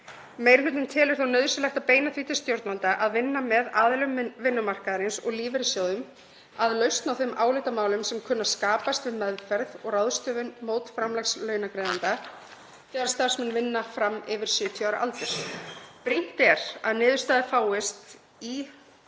Meiri hlutinn telur þó nauðsynlegt að beina því til stjórnvalda að vinna með aðilum vinnumarkaðarins og lífeyrissjóðum að lausn á þeim álitamálum sem kunna að skapast við meðferð og ráðstöfun mótframlags launagreiðanda þegar starfsmenn vinna fram yfir 70 ára aldur. Brýnt er að niðurstaða fáist í